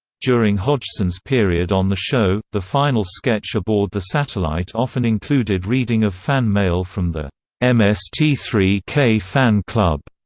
during hodgson's period on the show, the final sketch aboard the satellite often included reading of fan mail from the m s t three k fan club.